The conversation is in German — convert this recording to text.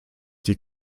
die